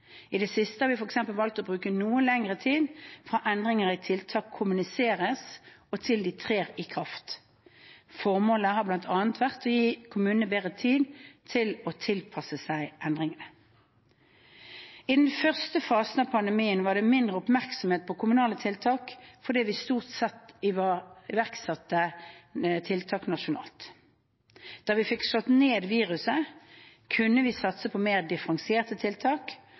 I det siste har vi f.eks. valgt å bruke noe lengre tid fra endringer i tiltak kommuniseres og til de trer i kraft. Formålet har bl.a. vært å gi kommunene bedre tid på å tilpasse seg endringene. I den første fasen av pandemien var det mindre oppmerksomhet på kommunale tiltak fordi vi stort sett iverksatte tiltak nasjonalt. Da vi fikk slått ned viruset, kunne vi satse på mer differensierte tiltak